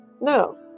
no